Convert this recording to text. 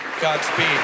Godspeed